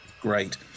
great